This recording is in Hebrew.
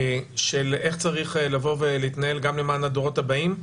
של איך צריך להתנהל גם למען הדורות הבאים.